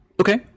Okay